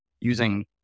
using